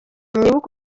mwibuke